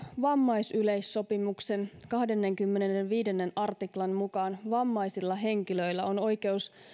vammaisyleissopimuksen kahdennenkymmenennenviidennen artiklan mukaan vammaisilla henkilöillä on oikeus